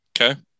Okay